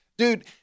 Dude